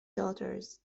daughters